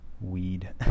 weed